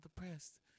depressed